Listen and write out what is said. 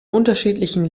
unterschiedlichen